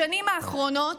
בשנים האחרונות,